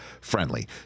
friendly